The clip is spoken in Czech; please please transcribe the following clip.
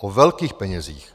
O velkých penězích.